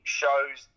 shows